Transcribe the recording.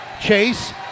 Chase